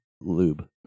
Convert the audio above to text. lube